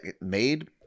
made